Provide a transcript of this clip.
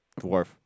Dwarf